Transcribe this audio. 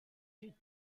you